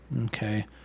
Okay